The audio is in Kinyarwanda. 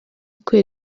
kubera